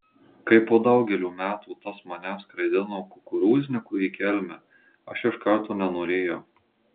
kai po daugelio metų tas mane skraidino kukurūzniku į kelmę aš iš karto nenorėjau